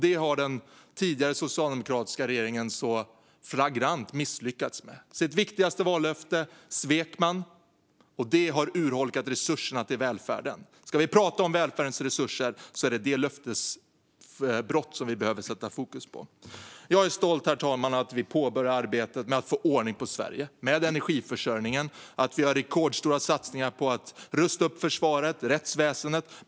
Detta har den tidigare socialdemokratiska regeringen flagrant misslyckats med. Man svek sitt viktigaste vallöfte, och det har urholkat resurserna till välfärden. Ska vi prata om välfärdens resurser är det detta löftesbrott vi behöver sätta fokus på. Jag är stolt, herr talman, över att vi påbörjar arbetet med att få ordning på Sverige. Det gäller energiförsörjningen, och vi gör rekordstora satsningar på att rusta upp försvaret och rättsväsendet.